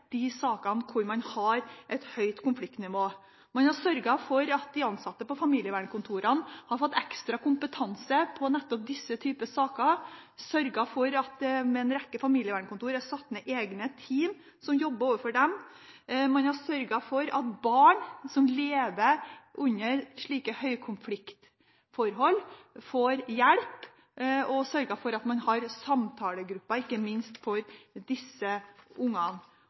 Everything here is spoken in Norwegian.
de sakene hvor man har et høyt konfliktnivå. Man har sørget for at de ansatte på familievernkontorene har fått ekstra kompetanse på nettopp disse typer saker, sørget for at det ved en rekke familievernkontor er satt ned egne team som jobber med dem, man har sørget for at barn som lever under slike høykonfliktforhold, får hjelp, og sørget for at man har samtalegrupper ikke minst for disse